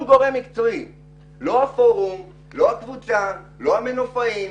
לא הפורום, לא הקבוצה, לא המנופאים.